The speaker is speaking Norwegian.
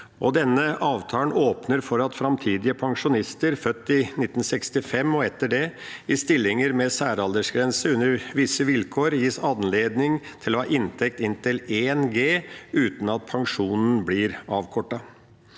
Denne avtalen åpner for at framtidens pensjonister, født i 1963 og etter det, i stillinger med særaldersgrense under visse vilkår gis anledning til å ha inntekt på inntil 1 G uten at pensjonen blir avkortet.